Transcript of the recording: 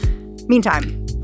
Meantime